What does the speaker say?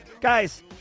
Guys